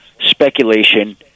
speculation